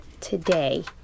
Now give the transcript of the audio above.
today